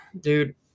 Dude